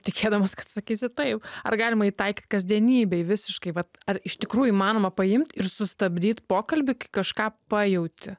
tikėdamas kad sakysit taip ar galima jį taikyt kasdienybėj visiškai vat ar iš tikrųjų įmanoma paimt ir sustabdyt pokalbį kai kažką pajauti